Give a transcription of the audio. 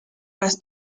las